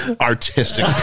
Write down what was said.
artistic